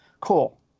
cool